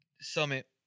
summit